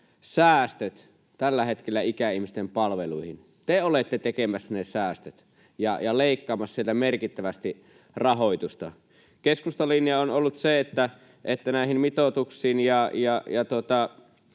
säästöt tällä hetkellä ikäihmisten palveluihin. Te olette tekemässä ne säästöt ja leikkaamassa sieltä merkittävästi rahoitusta. Keskustan linja on ollut se, että näihin mitoituksiin ja